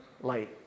light